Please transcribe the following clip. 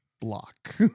block